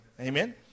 Amen